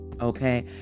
okay